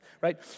right